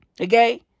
Okay